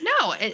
No